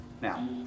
now